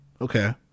okay